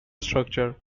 structure